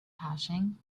hashing